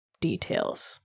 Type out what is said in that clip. details